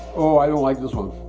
i don't like this one